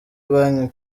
banki